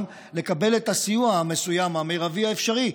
לקבל את הסיוע המסוים המרבי האפשרי.